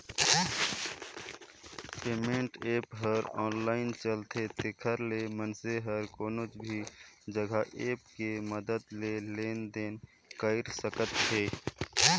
payment app ह online चलथे तेखर ले मइनसे हर कोनो भी जघा ऐप के मदद ले लेन देन कइर सकत हे